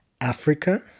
Africa